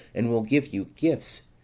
and will give you gifts.